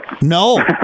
No